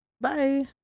Bye